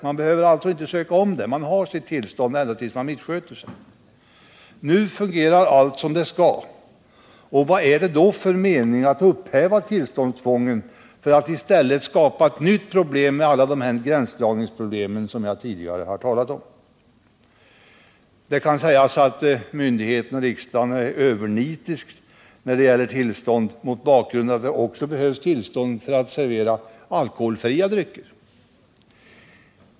Man behöver alltså inte förnya sin ansökan med vissa mellanrum, utan tillståndet gäller ända fram till dess att man börjar missköta uppgiften. Nu fungerar allt som det skall, och vad är det då för mening med att upphäva tillståndstvånget för att i stället skapa sådana nya gränsdragningsproblem som jag tidigare talat om? Det kan sägas att myndigheten och riksdagen är övernitiska mot bakgrund av att det behövs tillstånd för att servera alkoholfria drycker.